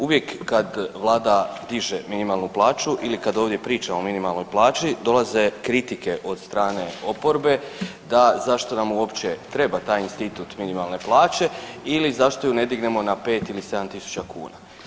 Uvijek kad Vlada diže minimalnu plaću ili kad ovdje priča o minimalnoj plaći dolaze kritike od strane oporbe da zašto nam uopće treba taj institut minimalne plaće ili zašto je ne dignemo na 5 ili 7000 kuna.